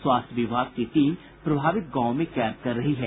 स्वास्थ्य विभाग की टीम प्रभावित गांवों में कैंप कर रही है